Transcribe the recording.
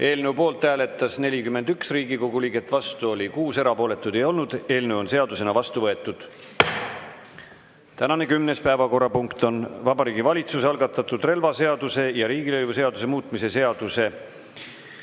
Eelnõu poolt hääletas 41 Riigikogu liiget, vastu oli 6, erapooletuid ei olnud. Eelnõu on seadusena vastu võetud. Tänane kümnes päevakorrapunkt on Vabariigi Valitsuse algatatud relvaseaduse ja riigilõivuseaduse muutmise seaduse